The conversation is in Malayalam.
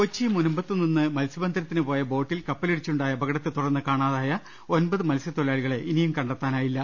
കൊച്ചി മുനമ്പത്തുനിന്ന് മത്സ്യബന്ധനത്തിന് പോയ ബോട്ടിൽ കപ്പലിടിച്ചുണ്ടായ അപകടത്തെ തുടർന്ന് കാണാതായ ഒൻപത് മത്സൃ തൊഴിലാളികളെ ഇനിയും കണ്ടെത്താനായില്ല